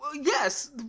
Yes